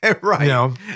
Right